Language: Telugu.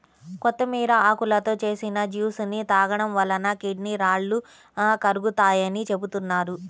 కొత్తిమీర ఆకులతో చేసిన జ్యూస్ ని తాగడం వలన కిడ్నీ రాళ్లు కరుగుతాయని చెబుతున్నారు